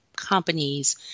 companies